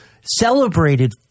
celebrated